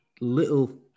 little